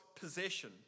possession